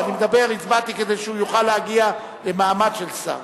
הצבעתי כדי שהוא יוכל להגיע למעמד של שר.